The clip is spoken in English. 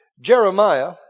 Jeremiah